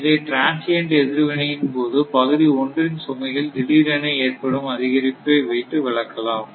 இதை டிரன்சியண்ட் எதிர்வினை இன் போது பகுதி 1 இன் சுமையில் திடீரென ஏற்படும் அதிகரிப்பை வைத்து விளக்கலாம்